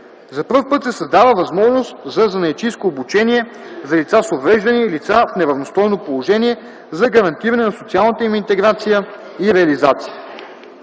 За пръв път се създава възможност за занаятчийско обучение за лица с увреждания и лица в неравностойно положение за гарантиране на социалната им интеграция и реализация.